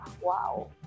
wow